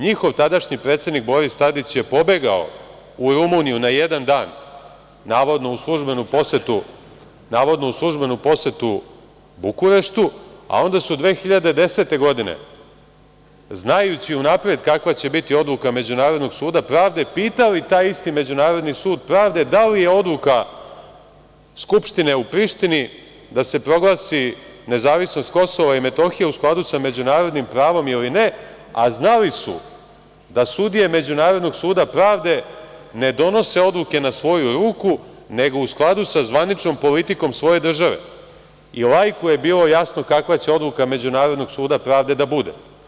NJihov tadašnji predsednik Boris Tadić je pobegao u Rumuniju na jedan dan, navodno u službenu posetu Bukureštu, a onda su 2010. godine, znajući unapred kakva će biti odluka Međunarodnog suda pravde, pitali taj isti Međunarodni sud pravde da li je odluka skupštine u Prištini da se proglasi nezavisnost KiM u skladu sa međunarodnim pravom ili ne, a znali su da sudije Međunarodnog suda pravde ne donose odluke na svoju ruku, nego u skladu sa zvaničnom politikom svoje države i laiku je bilo jasno kakva će odluka Međunarodnog suda pravde da bude.